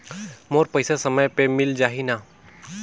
मोर पइसा समय पे मिल जाही न?